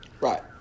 Right